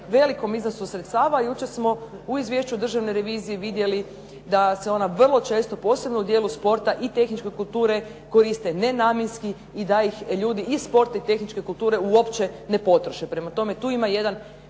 velikom iznosu sredstava. Jučer smo u Izvješću Državne revizije vidjeli da se ona vrlo često posebno u dijelu sporta i tehničke kulture koriste nenamjenski i da ih ljudi iz sporta i tehničke kulture uopće ne potroše. Prema tome, tu ima jedan